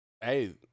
Hey